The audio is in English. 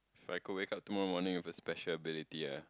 if I could wake up tomorrow morning with a special ability ah